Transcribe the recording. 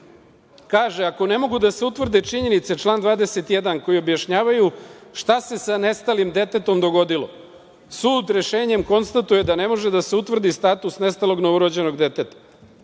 „Ako ne mogu da se utvrde činjenice, član 21, koje objašnjavaju šta se sa nestalim detetom dogodilo, sud rešenjem konstatuje da ne može da se utvrdi status nestalog novorođenog deteta,